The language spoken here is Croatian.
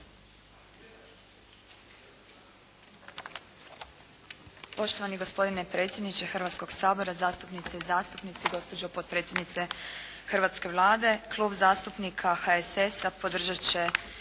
Poštovani gospodine predsjedniče Hrvatskog sabora, zastupnice i zastupnici, gospođo potpredsjednice hrvatske Vlade. Klub zastupnika HSS-a podržat će